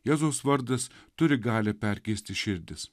jėzaus vardas turi galią perkeisti širdis